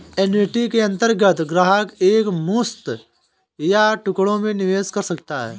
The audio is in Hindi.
एन्युटी के अंतर्गत ग्राहक एक मुश्त या टुकड़ों में निवेश कर सकता है